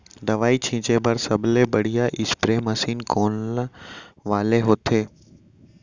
दवई छिंचे बर सबले बढ़िया स्प्रे मशीन कोन वाले होथे?